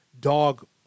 dog